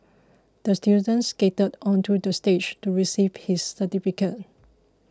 the student skated onto the stage to receive his certificate